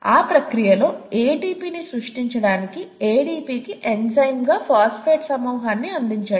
ఆ ప్రక్రియలో ATPని సృష్టించడానికి ADPకి ఎంజైమ్గా ఫాస్ఫేట్ సమూహాన్ని అందించండి